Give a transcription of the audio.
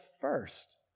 first